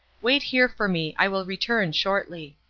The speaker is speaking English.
wait here for me. i will return shortly.